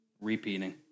repeating